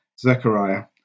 Zechariah